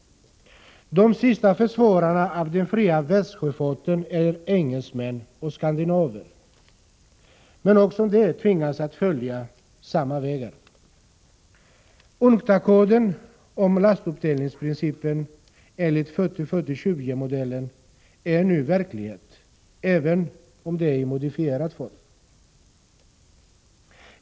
De sista försvararna av den fria världssjöfarten är engelsmän och skandinaver, men också de tvingas att följa samma vägar. UNCTAD-koden om lastuppdelningsprincipen enligt 40-40-20-modellen är nu verklighet, även om det är i modifierad form.